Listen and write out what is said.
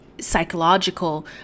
psychological